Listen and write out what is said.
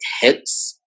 hits